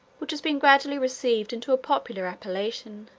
which has been gradually received into a popular appellation.